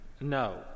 No